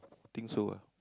think so ah